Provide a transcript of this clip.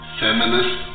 feminist